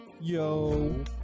Yo